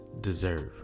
Deserve